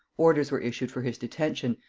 orders were issued for his detention,